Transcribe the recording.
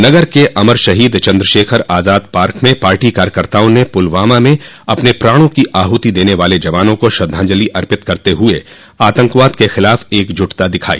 नगर के अमर शहीद चन्द्रशेखर आजाद पार्क में पार्टी कार्यकर्ताओं ने पुलवामा में अपने प्राणों की आहुति देने वाले जवाना को श्रद्धांजलि अर्पित करते हुये आतंकवाद के खिलाफ एकज्टता दिखाई